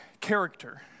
character